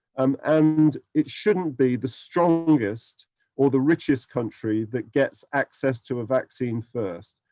um and it shouldn't be the strongest or the richest country that gets access to a vaccine first.